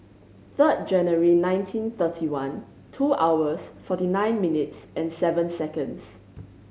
third January nineteen thirty one two hours forty nine minutes and seven seconds